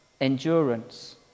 endurance